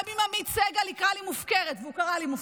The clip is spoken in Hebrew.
גם אם עמית סגל יקרא לי "מופקרת" והוא קרא לי "מופקרת",